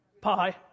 Pie